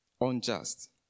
unjust